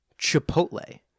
Chipotle